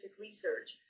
research